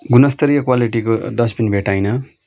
गुणस्यतरीय क्वालिटीको डस्टबिन भेट्टाइनँ